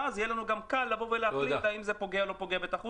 ואז יהיו לנו גם קל להחליט האם זה פוגע או לא פוגע בתחרות.